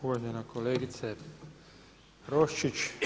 Uvažena kolegice Roščić.